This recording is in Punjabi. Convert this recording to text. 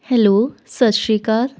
ਹੈਲੋ ਸਤਿ ਸ਼੍ਰੀ ਅਕਾਲ